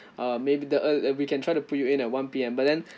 uh maybe the ear~ uh we can try to put you in at one P_M but then